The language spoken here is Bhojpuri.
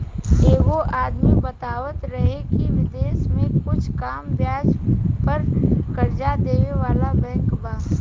एगो आदमी बतावत रहे की बिदेश में कुछ कम ब्याज पर कर्जा देबे वाला बैंक बा